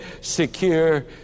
secure